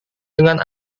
dengan